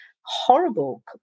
horrible